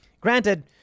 Granted